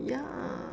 ya